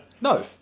No